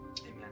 Amen